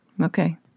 okay